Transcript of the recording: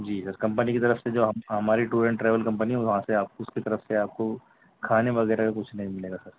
جی sir company کی طرف سے جو ہماری ٹور اینڈ ٹریویل کمپی ہے وہاں سے آپ کو اُس کی طرف سے آپ کو کھانے وغیرہ کا کچھ نہیں ملے گا سر